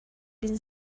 been